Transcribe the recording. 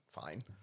Fine